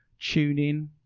TuneIn